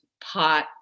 pot